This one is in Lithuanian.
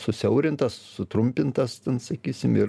susiaurintas sutrumpintas ten sakysim ir